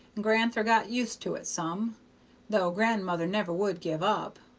and gran'ther got used to it some though grandmother never would give up.